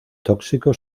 tóxico